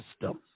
system